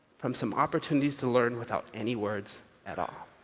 from some opportunities to learn without any words at all.